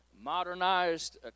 modernized